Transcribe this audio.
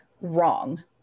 Wrong